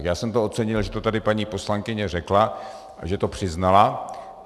Já jsem ocenil, že to tady paní poslankyně řekla, že to přiznala.